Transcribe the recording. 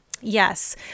Yes